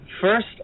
first